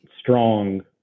strong